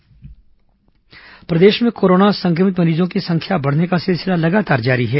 corona मरीज प्रदेश में कोरोना संक्रमित मरीजों की संख्या बढ़ने का सिलसिला लगातार जारी है